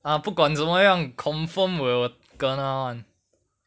ah 不管怎么样 confirm will kena [one]